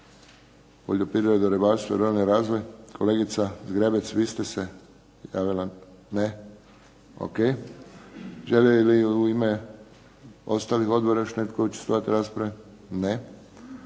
poljoprivredu, ribarstvo i ruralni razvoj, kolegica Zgrebec, vi ste se javila? Ne. Ok. Želi li u ime ostalih odbora još netko učestvovati u raspravi? Ne.